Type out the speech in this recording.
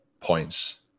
points